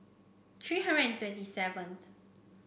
three hundred and twenty seventh